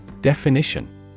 Definition